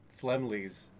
Flemleys